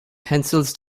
pencils